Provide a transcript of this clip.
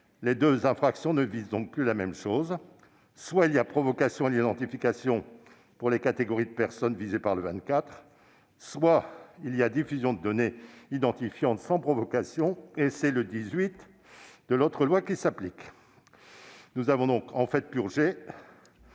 Les deux infractions ne visent donc plus la même chose. Soit il y a provocation à l'identification pour les catégories de personnes visées par l'article 24, soit il y a diffusion de données identifiantes sans provocation et c'est l'article 18 de l'autre loi qui s'applique. Nous avons ainsi purgé